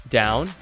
down